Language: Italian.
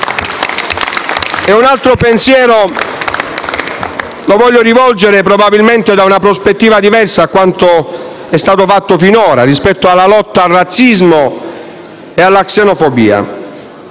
un altro pensiero, probabilmente da una prospettiva diversa, a quanto è stato fatto finora rispetto alla lotta al razzismo e alla xenofobia.